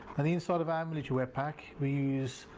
and the inside of our military wetpack we use